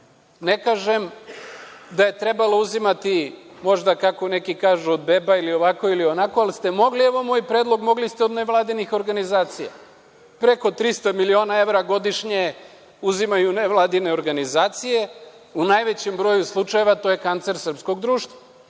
Ne kažem, da je trebalo uzimati, možda kako neki kažu, od beba, ovako ili onako, ali ste mogli, evo moj predlog, od nevladinih organizacija. Preko 300 miliona evra godišnje uzimaju nevladine organizacije. U najvećem broju slučajeva to je kancer srpskog društva,